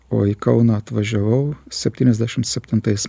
o į kauną atvažiavau septyniasdešim septintais